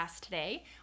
today